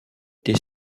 été